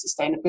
sustainability